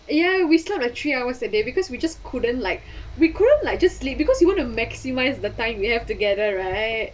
ya we slept like three hours a day because we just couldn't like we couldn't like just sleep because you want to maximise the time we have together right